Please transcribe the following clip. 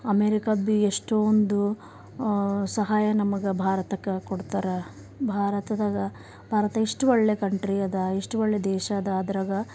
ಅಮೇರಿಕದು ಭೀ ಎಷ್ಟೊಂದು ಸಹಾಯ ನಮಗೆ ಭಾರತಕ್ಕೆ ಕೊಡ್ತಾರ ಭಾರತದಾಗ ಭಾರತ ಇಷ್ಟು ಒಳ್ಳೆಯ ಕಂಟ್ರಿ ಅದ ಇಷ್ಟು ಒಳ್ಳೆಯ ದೇಶ ಅದ ಅದ್ರಾಗ